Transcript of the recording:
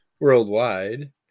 worldwide